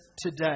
today